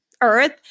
earth